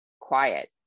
quiet